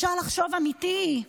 אפשר לחשוב אמיתי.